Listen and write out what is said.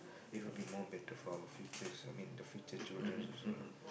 it'll be more better for our futures I mean the future children also lah